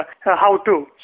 how-to